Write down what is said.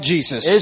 Jesus